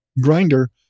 grinder